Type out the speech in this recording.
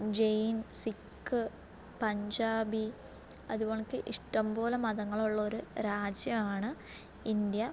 ജെയിൻ സിഖ് പഞ്ചാബി അതുകണക്ക് ഇഷ്ടംപോലെ മതങ്ങളുള്ളൊരു രാജ്യമാണ് ഇന്ത്യ